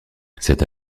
cette